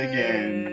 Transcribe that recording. Again